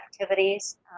activities